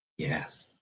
Yes